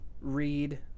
read